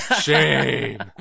Shame